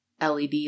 LED